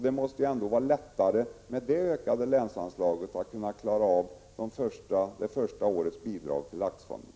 Det måste vara lättare att med det ökade länsanslaget kunna klara av det första årets bidrag till Laxfonden.